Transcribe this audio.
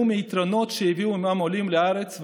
מהיתרונות שהביאו עימם העולים לארץ,